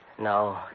No